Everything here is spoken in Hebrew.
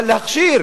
אבל להכשיר?